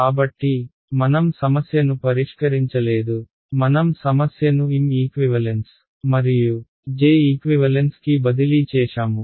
కాబట్టి మనం సమస్యను పరిష్కరించలేదు మనం సమస్యను M ఈక్వివలెన్స్ మరియు J ఈక్వివలెన్స్ కి బదిలీ చేశాము